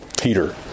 Peter